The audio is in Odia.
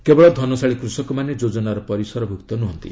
କେବଳ ଧନଶାଳୀ କୃଷକମାନେ ଯୋଜନାର ପରିସରଭୁକ୍ତ ନୁହନ୍ତି